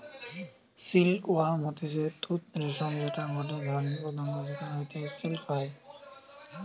silk worm হতিছে তুত রেশম যেটা গটে ধরণের পতঙ্গ যেখান হইতে সিল্ক হয়